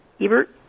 Ebert